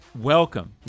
welcome